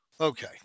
Okay